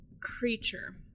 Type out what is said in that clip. creature